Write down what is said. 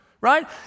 right